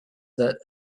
that